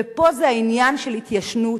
ופה זה העניין של התיישנות,